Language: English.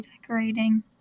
decorating